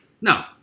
No